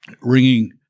ringing